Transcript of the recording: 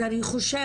אז אני חושבת,